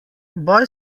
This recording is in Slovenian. boj